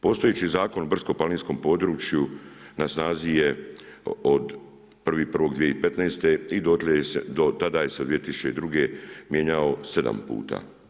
Postojeći Zakon o brdsko-planinskom području na snazi je od 1.1.2015. i do tada se je do 2002. mijenjao 7 puta.